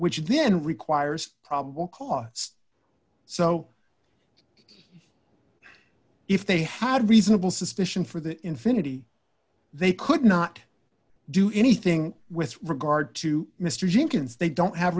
which then requires probable cause so if they had reasonable suspicion for the infiniti they could not do anything with regard to mr jenkins they don't have